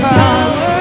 power